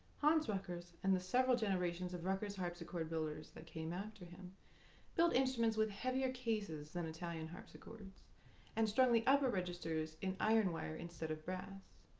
hans ruckers and the several generations of ruckers harpsichord builders that came after him built instruments with heavier cases than italian harpsichords and strung the upper registers in iron wire instead of brass,